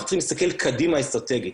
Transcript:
אנחנו צריכים להסתכל קדימה אסטרטגית,